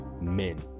men